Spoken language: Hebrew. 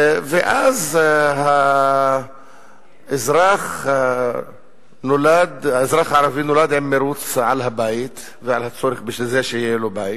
ואז האזרח הערבי נולד עם מירוץ על הבית ועל הצורך שיהיה לו בית.